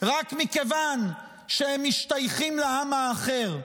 רק מכיוון שהם משתייכים לעם האחר.